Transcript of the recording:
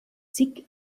zig